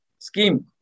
scheme